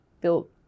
built